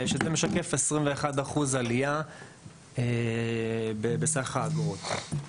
וזה משקף 21% עלייה בסך האגרות.